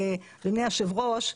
אדוני היושב ראש,